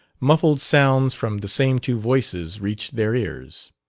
muffled sounds from the same two voices reached their ears.